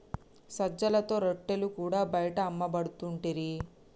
సజ్జలతో రొట్టెలు కూడా బయట అమ్మపడుతుంటిరి